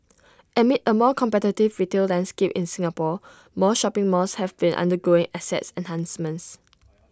amid A more competitive retail landscape in Singapore more shopping malls have been undergoing asset enhancements